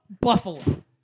Buffalo